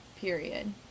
period